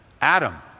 Adam